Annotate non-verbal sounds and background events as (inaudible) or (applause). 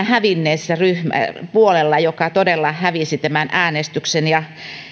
(unintelligible) hävinneellä puolella joka todella hävisi tämän äänestyksen ja